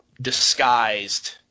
disguised